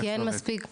כי אין מספיק שוברים,